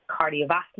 cardiovascular